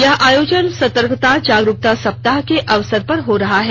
यह आयोजन सतर्कता जागरूकता सप्ताह के अवसर पर हो रहा है